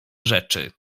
rzeczy